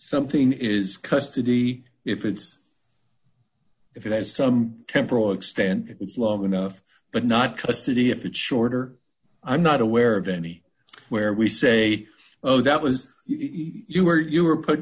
something is custody if it's if it has some temporal extend it's long enough but not custody if it's shorter i'm not aware of any where we say oh that was if you were you were put